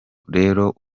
rero